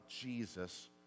Jesus